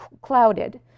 clouded